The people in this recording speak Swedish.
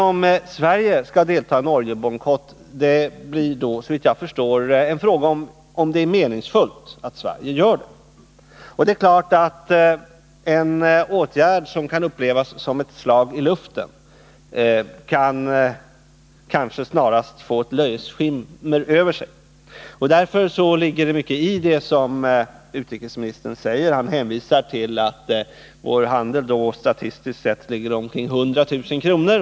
Om Sverige skall delta i en oljebojkott blir då, såvitt jag förstår, en fråga om huruvida det är meningsfullt att Sverige gör det. Det är klart att en åtgärd som kan upplevas som ett slag i luften snarast kanske kan få ett löjets skimmer över sig. Det ligger därför mycket i det som utrikesministern säger, då han hänvisar till att vår handel när det gäller oljeprodukter statistiskt sett ligger omkring 100 000 kr.